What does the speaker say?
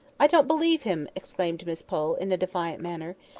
i don't believe him! exclaimed miss pole, in a defiant manner.